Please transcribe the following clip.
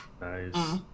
Nice